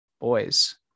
boys